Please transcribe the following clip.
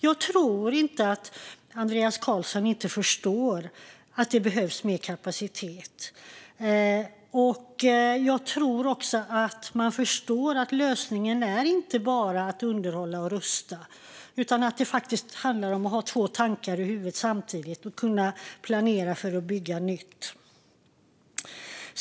Jag tror inte att Andreas Carlson inte förstår att det behövs mer kapacitet. Jag tror att man också förstår att lösningen inte bara är att underhålla och rusta utan faktiskt handlar om att ha två tankar i huvudet samtidigt och att kunna planera för att bygga nytt.